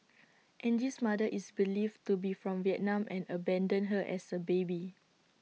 Angie's mother is believed to be from Vietnam and abandoned her as A baby